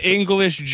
English